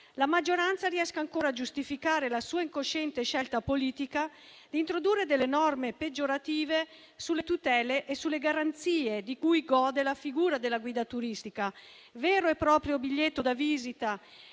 la maggioranza riesca ancora a giustificare la sua incosciente scelta politica di introdurre norme peggiorative sulle tutele e sulle garanzie di cui gode la figura della guida turistica, vero e proprio biglietto da visita